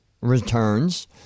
returns